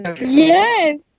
Yes